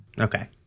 Okay